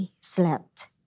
slept